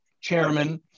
chairman